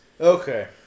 Okay